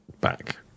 back